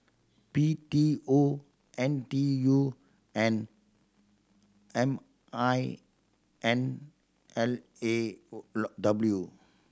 B T O N T U and M I N L A W